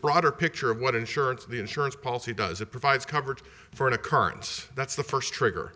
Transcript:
broader picture of what insurance the insurance policy does it provides coverage for an occurrence that's the first trigger